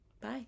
Bye